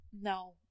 No